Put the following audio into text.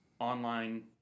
online